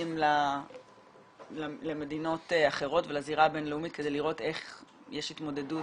מסתכלים למדינות אחרות ולזירה הבינלאומית כדי לראות איך יש התמודדות